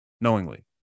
knowingly